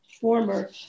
former